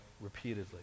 repeatedly